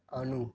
அணு